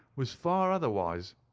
was far otherwise.